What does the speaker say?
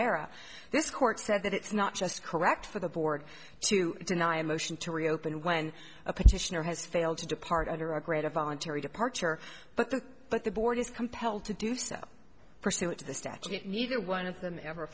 era this court said that it's not just correct for the board to deny a motion to reopen when a petitioner has failed to depart under a great a voluntary departure but the but the board is compelled to do so pursuant to the statute neither one of them ever